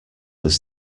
was